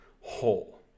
whole